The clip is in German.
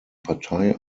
partei